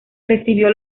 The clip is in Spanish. recibió